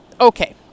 okay